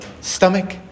stomach